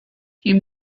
you